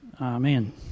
Amen